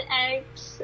eggs